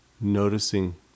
noticing